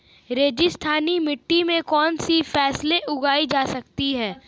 रेगिस्तानी मिट्टी में कौनसी फसलें उगाई जा सकती हैं?